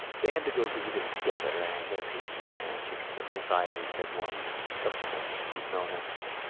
they had to go visiting together and, as he had not answered her, miss ivors said warmly of course, you've no answer.